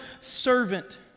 servant